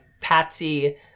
Patsy